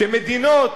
כשמדינות